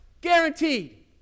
guaranteed